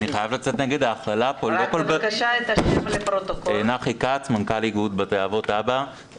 אני מנכ"ל איגוד בתי אבות א.ב.א.